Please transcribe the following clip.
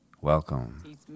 Welcome